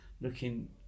looking